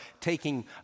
taking